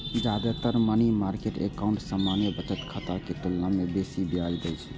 जादेतर money market account सामान्य बचत खाता के तुलना मे बेसी ब्याज दै छै